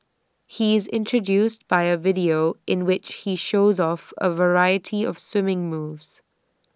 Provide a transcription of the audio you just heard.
he is introduced by A video in which he shows off A variety of swimming moves